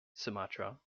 sumatra